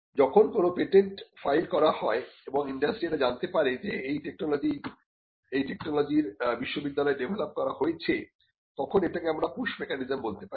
যখন কোন patent file করা হয় এবং ইন্ডাস্ট্রি এটা জানতে পারে যে এই টেকনোলজি র বিশ্ববিদ্যালয়ে ডেভেলপ করা হয়েছে তখন এটাকে আমরা পুস মেকানিজম বলতে পারি